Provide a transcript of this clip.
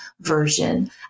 version